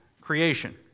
creation